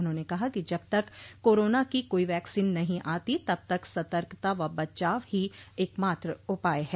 उन्होंने कहा कि जब तक कोरोना की कोई वैक्सीन नहीं आती तब तक सतर्कता व बचाव ही एकमात्र उपाय है